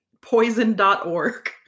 poison.org